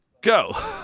go